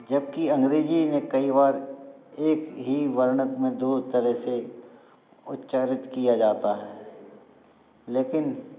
जबकि अंग्रेजी में की बार एक ही वर्ण में दो तरह से उच्चारित किया जाता है लेकिन